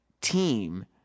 team